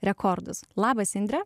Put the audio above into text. rekordus labas indre